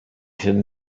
from